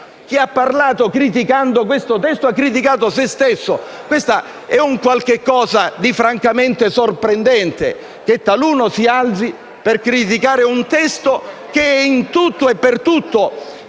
Chi ha parlato criticando questo testo ha criticato se stesso. È un qualcosa di francamente sorprendente che taluno si alzi per criticare un testo che è in tutto e per tutto